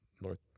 north